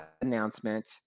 announcement